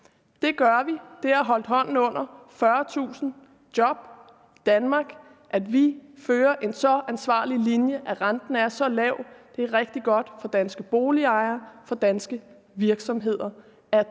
Det gør vi ved at holde hånden under 40.000 job i Danmark, og ved at vi fører en så ansvarlig linje, at renten er så lav. Det er rigtig godt for danske boligejere og danske virksomheder,